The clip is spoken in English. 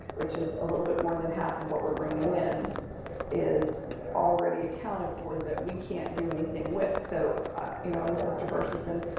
which is a little bit more than half of what we're bringing in is already accounted for that we can't do anything with. so, you know, i'm with mr. persis, and